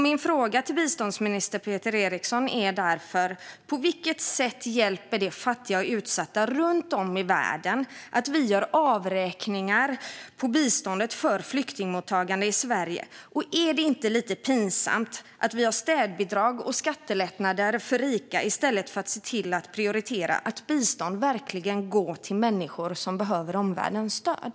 Min fråga till biståndsminister Peter Eriksson är därför: På vilket sätt hjälper det fattiga och utsatta runt om i världen att vi gör avräkningar på biståndet för flyktingmottagande i Sverige? Och är det inte lite pinsamt att vi har städbidrag och skattelättnader för rika i stället för att prioritera att bistånd verkligen går till människor som behöver omvärldens stöd?